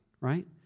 right